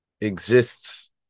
exists